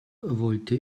wollte